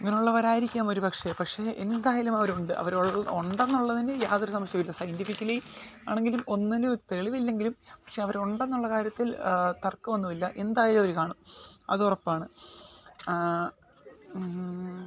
അങ്ങനെയുള്ളവർ ആയിരിക്കാം ഒരുപക്ഷെ പക്ഷെ എന്തായാലും അവരുണ്ട് അവർ ഉണ്ടെന്നുള്ളതിന് യാതൊരു സംശയവും ഇല്ല സൈൻ്റിഫികലി ആണെങ്കിലും ഒന്നിനും ഒരു തെളിവില്ലെങ്കിലും പക്ഷെ അവരുണ്ടെന്നുള്ള കാര്യത്തിൽ തർക്കമൊന്നും ഇല്ല എന്തായാലും അവർ കാണും അതുറപ്പാണ്